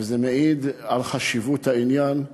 וזה מעיד על חשיבות העניין.